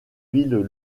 villes